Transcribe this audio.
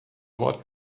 what